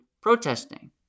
protesting